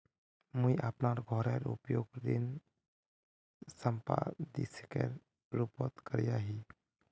मुई अपना घोरेर उपयोग ऋण संपार्श्विकेर रुपोत करिया ही